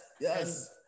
Yes